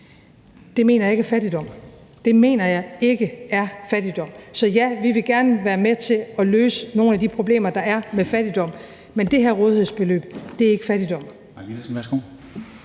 Det mener jeg ikke er fattigdom – det mener jeg ikke er fattigdom. Så ja, vi vil gerne være med til at løse nogle af de problemer, der er, med fattigdom, men det her rådighedsbeløb er ikke fattigdom.